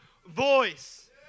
voice